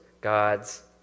God's